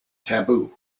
taboo